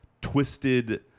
twisted